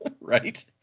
Right